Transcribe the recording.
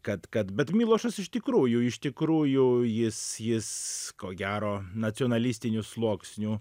kad kad bet milošas iš tikrųjų iš tikrųjų jis jis ko gero nacionalistinių sluoksnių